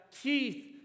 teeth